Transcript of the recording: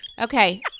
Okay